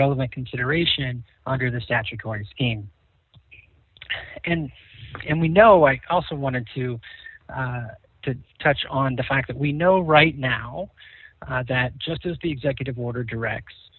relevant consideration under the statute going in and and we know i also wanted to to touch on the fact that we know right now that just as the executive order directs